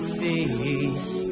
face